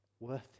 worth